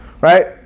right